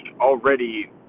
already